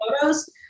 photos